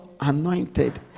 anointed